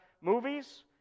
movies